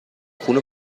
خونه